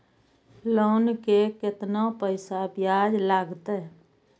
Loan के केतना पैसा ब्याज लागते?